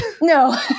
No